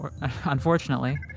unfortunately